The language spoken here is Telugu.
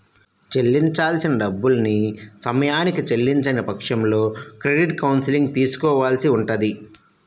చెల్లించాల్సిన డబ్బుల్ని సమయానికి చెల్లించని పక్షంలో క్రెడిట్ కౌన్సిలింగ్ తీసుకోవాల్సి ఉంటది